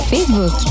Facebook